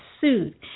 suit